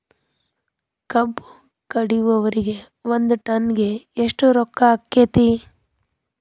ಕಬ್ಬು ಕಡಿಯುವರಿಗೆ ಒಂದ್ ಟನ್ ಗೆ ಎಷ್ಟ್ ರೊಕ್ಕ ಆಕ್ಕೆತಿ?